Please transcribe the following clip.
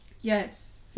Yes